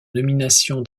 nomination